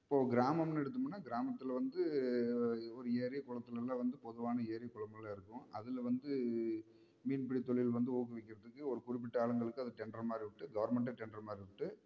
இப்போது கிராமம்னு எடுத்தோம்னால் கிராமத்தில் வந்து ஒரு ஏரி குளத்துலலாம் வந்து பொதுவான ஏரி குளமெல்லாம் இருக்கும் அதில் வந்து மீன்பிடித் தொழில் வந்து ஊக்குவிக்கிறதுக்கு ஒரு குறிப்பிட்ட ஆளுங்களுக்கு அது டெண்டர் மாதிரி விட்டு கவர்மெண்ட்டே டெண்டர் மாதிரி விட்டு